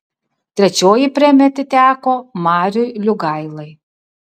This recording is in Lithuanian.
trečioji premija atiteko mariui liugailai